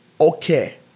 okay